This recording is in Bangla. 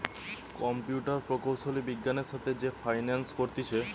কম্পিউটার প্রকৌশলী বিজ্ঞানের সাথে যে ফাইন্যান্স করতিছে